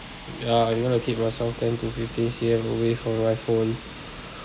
ya you wanna keep yourself ten to fifteen C_M away from my phone